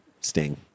Sting